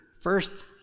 first